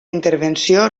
intervenció